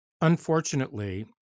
Unfortunately